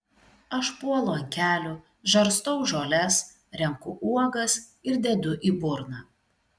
aš puolu ant kelių žarstau žoles renku uogas ir dedu į burną